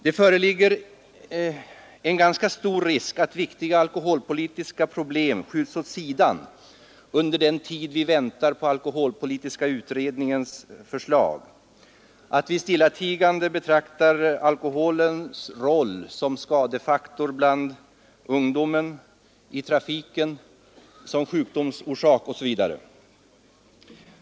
Det föreligger en ganska stor risk för att viktiga alkoholpolitiska problem skjuts åt sidan under den tid vi väntar på alkoholpolitiska utredningens förslag, att vi stillatigande betraktar alkoholens roll som skadefaktor bland ungdom, i trafiken, som sjukdomsorsak osv.